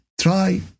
try